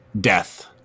death